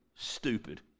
Stupid